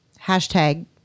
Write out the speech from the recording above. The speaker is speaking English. hashtag